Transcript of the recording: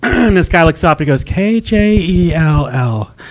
and this guy looks up he goes, k j e l l.